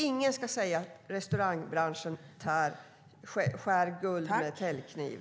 Ingen ska säga att restaurangbranschen skär guld med täljkniv.